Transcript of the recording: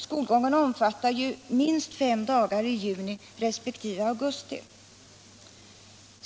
Skolgången omfattar ju minst fem dagar i juni resp. augusti.